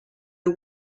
the